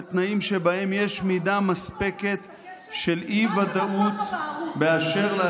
בתנאים שבהם יש מידה מספקת של אי-ודאות באשר -- מה זה מסך הבערות?